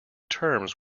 terms